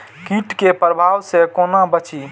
कीट के प्रभाव से कोना बचीं?